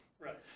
right